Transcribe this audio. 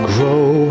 Grow